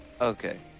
Okay